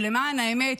ולמען האמת,